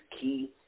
key